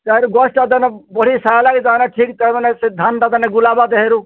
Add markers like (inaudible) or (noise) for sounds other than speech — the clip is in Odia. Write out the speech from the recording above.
ତେହେଁରୁ (unintelligible) ସାର୍ (unintelligible) ସେ ଧାନ ତା' ଗୁଲାବ ଦେହରୁ